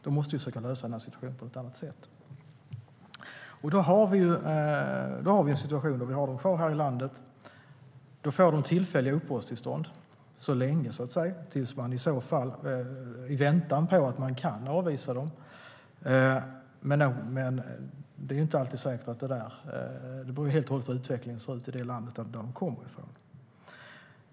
Vi måste försöka lösa situationen på något annat sätt. Vi har en situation då vi har dem kvar här i landet. De får tillfälliga uppehållstillstånd så länge, i väntan på att man kan avvisa dem. Men det är inte säkert att det går; det beror helt och hållet på hur utvecklingen ser ut i det land de kommer ifrån.